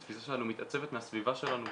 התפיסה שלנו מתעצבת מהסביבה שלנו,